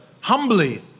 Humbly